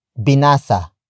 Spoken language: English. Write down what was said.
binasa